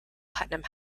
putnam